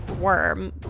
worm